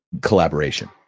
collaboration